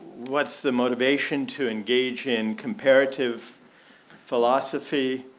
what's the motivation to engage in comparative philosophy?